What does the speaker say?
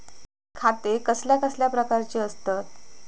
खाते कसल्या कसल्या प्रकारची असतत?